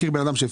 במיליון